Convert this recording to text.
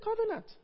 covenant